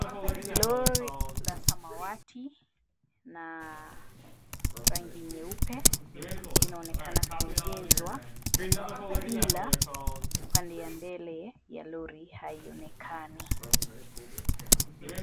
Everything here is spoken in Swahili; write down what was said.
Lori la samawati na rangi nyeupe, inaonekana kuegezwa. Ila, pande ya mbele ya lori haionekani.